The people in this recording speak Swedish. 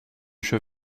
kör